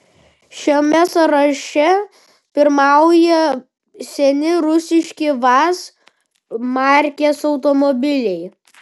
šiame sąraše pirmauja seni rusiški vaz markės automobiliai